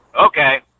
Okay